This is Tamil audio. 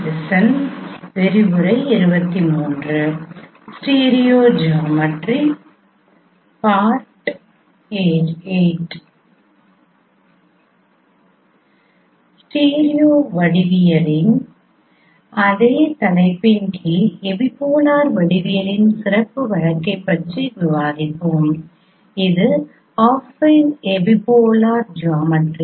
ஸ்டீரியோ வடிவியலின் அதே தலைப்பின் கீழ் எபிபோலர் வடிவியலின் சிறப்பு வழக்கைப் பற்றி விவாதிப்போம் அது அஃபைன் எபிபோலார் ஜியோமெட்ரி